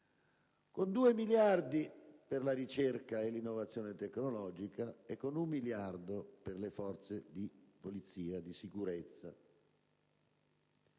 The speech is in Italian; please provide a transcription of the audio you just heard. con 2 miliardi per la ricerca e l'innovazione tecnologica e con un miliardo per le forze di sicurezza.